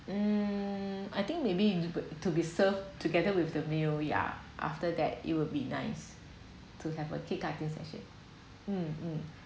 um I think maybe you need to be served together with the meal ya after that it will be nice to have a cake mm mm